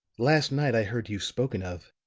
last night i heard you spoken of,